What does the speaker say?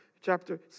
chapter